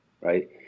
right